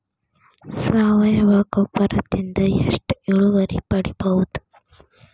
ಸಾವಯವ ಗೊಬ್ಬರದಿಂದ ಎಷ್ಟ ಇಳುವರಿ ಪಡಿಬಹುದ?